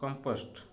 compost